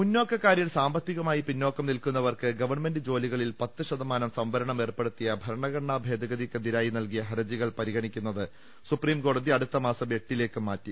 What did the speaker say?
മുന്നോക്കക്കാരിൽ സാമ്പത്തികമായി പിന്നാക്കം നിൽക്കുന്നവർക്ക് ഗവൺമെന്റ് ജോലികളിൽ പത്ത് ശതമാനം സംവരണം ഏർപ്പെടുത്തിയ ഭർണഘടനാ ഭേദഗതിക്കെതിരായി നൽകിയ ഹർജികൾ പരിഗണിക്കുന്നത് സുപ്രീം കോടതി അടുത്ത മാസം എട്ടിലേക്ക് മാറ്റി